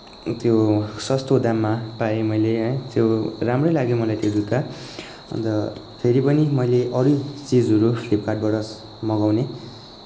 त्यो सस्तो दाममा पाएँ मैले है त्यो राम्रै लाग्यो मलाई त्यो जुत्ता अन्त फेरि पनि मैले अरू चिजहरू फ्लिपकार्टबाट मगाउने